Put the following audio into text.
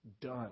done